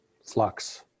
Flux